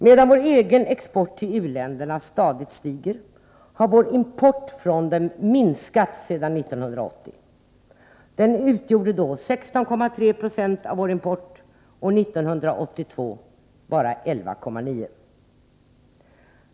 Medan vår egen export till u-länderna stadigt stiger har vår import från dem minskat sedan 1980. Den utgjorde då 16,3 20 av vår import. År 1982 var den bara 11,9 90.